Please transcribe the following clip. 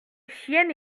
chienne